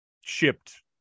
shipped